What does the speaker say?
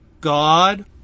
God